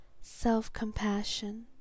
self-compassion